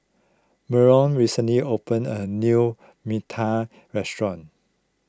Mallory recently opened a new mita Restaurant